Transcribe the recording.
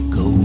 go